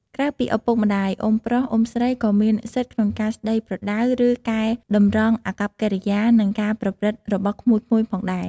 ក្រៅពីឪពុកម្ដាយ អ៊ុំប្រុស អ៊ុំស្រីក៏មានសិទ្ធិក្នុងការស្ដីប្រដៅ ឬកែតម្រង់អាកប្បកិរិយា និងការប្រព្រឹត្តរបស់ក្មួយៗផងដែរ។